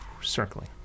circling